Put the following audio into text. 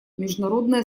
международное